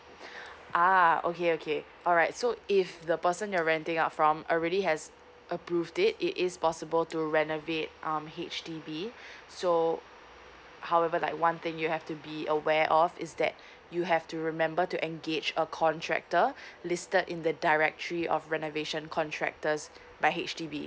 uh okay okay alright so if the person you're renting out from already has approved it it is possible to renovate um H_D_B so however like one thing you have to be aware of is that you have to remember to engage a contractor listed in the directory of renovation contractors by H_D_B